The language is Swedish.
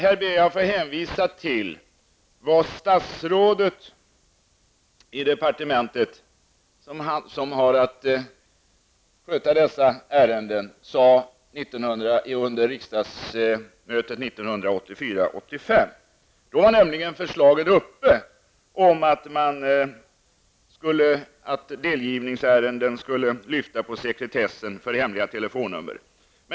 Här ber jag att få hänvisa till vad statsrådet i det departement som har att sköta dessa ärenden sade under riksmötet 1984/85. Då var nämligen förslaget uppe om att delgivningsärenden skulle lyfta på sekretessen för hemliga telefonnummer.